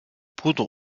poudre